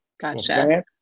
Gotcha